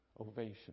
ovation